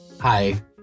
hi